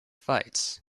fights